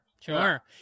Sure